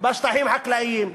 בשטחים חקלאיים.